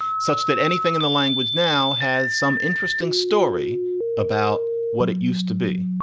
such that anything in the language now has some interesting story about what it used to be.